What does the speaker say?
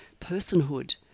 personhood